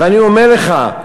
ואני אומר לך,